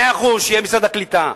מאה אחוז, שיהיה משרד הקליטה.